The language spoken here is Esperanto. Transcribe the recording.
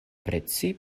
precize